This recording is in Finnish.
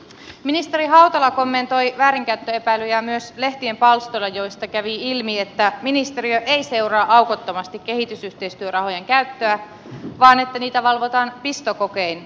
ministeri hautala kommentoi väärinkäyttöepäilyjä myös lehtien palstoilla joista kävi ilmi että ministeriö ei seuraa aukottomasti kehitysyhteistyörahojen käyttöä vaan että niitä valvotaan pistokokein